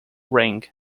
ring